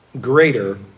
greater